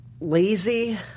Lazy